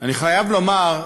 אני חייב לומר,